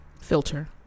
filter